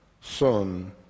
son